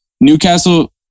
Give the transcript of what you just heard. Newcastle